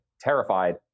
terrified